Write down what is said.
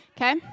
Okay